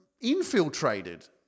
infiltrated